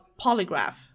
polygraph